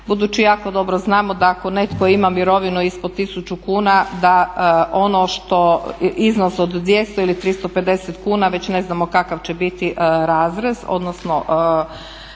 budući jako dobro znamo da ako netko ima mirovinu ispod 1000 kuna da ono što iznos od 200 ili 350 kuna već ne znamo kakav će biti razrez, odnosno